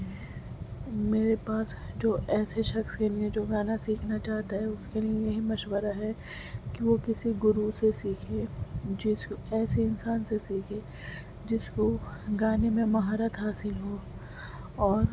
میرے پاس جو ایسے شخص کے لیے جو گانا سیکھنا چاہتا ہے اس کے لیے مشورہ ہے کہ وہ کسی گرو سے سیکھے جس ایسے انسان سے سیکھے جس کو گانے میں مہارت حاصل ہو اور